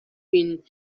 been